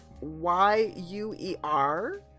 Y-U-E-R